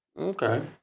Okay